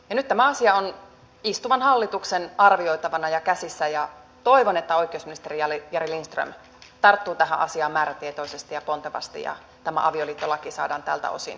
nyt tämä asia on istuvan hallituksen arvioitavana ja käsissä ja toivon että oikeusministeri jari lindström tarttuu tähän asiaan määrätietoisesti ja pontevasti ja tämä avioliittolaki saadaan tältä osin korjattua